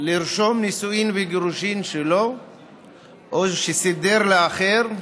לרשום נישואין וגירושין, שלו או שסידר לאחר,